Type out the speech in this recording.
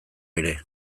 ere